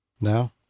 Now